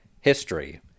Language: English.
History